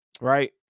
Right